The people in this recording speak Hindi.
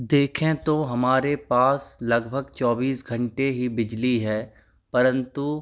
देखें तो हमारे पास लगभग चौबीस घंटे ही बिजली है परंतु